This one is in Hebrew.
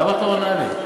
למה את לא עונה לי?